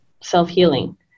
self-healing